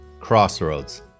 Crossroads